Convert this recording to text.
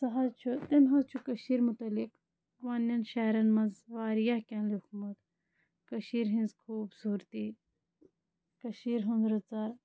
سُہ حظ چھُ تٔمۍ حظ چھُ کٔشیٖرِ متعلق پنٛنٮ۪ن شاعرَن منٛز واریاہ کینٛہہ لیٚوکھمُت کٔشیٖرِ ہِنٛز خوٗبصوٗرتی کٔشیٖرِ ہیٚنٛد رٕژَر